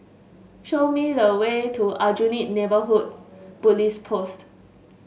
show me the way to Aljunied Neighbourhood Police Post